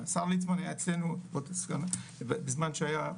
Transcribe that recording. השר ליצמן היה אצלנו בזמן שהיה,